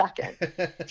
second